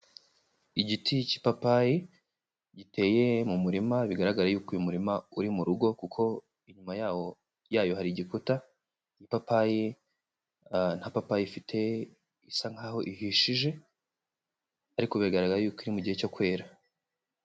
Igiti cy'ipapayi giteye mu murima bigaragara yuko uyu murima uri mu rugo kuko inyuma yawo hari igikuta, ipapayi nta papayi ifite isa nkaho ihishije ariko bigaragara yuko iri mu gihe cyo kwera.